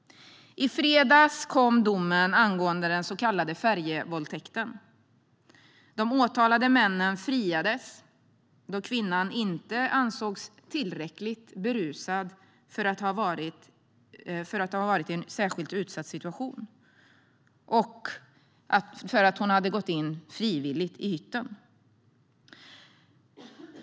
I fredags kom domen angående den så kallade färjevåldtäkten. De åtalade männen friades, då kvinnan inte ansågs tillräckligt berusad för att ha varit i en särskilt utsatt situation och för att hon hade gått in frivilligt i hytten.